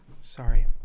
Sorry